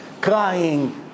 crying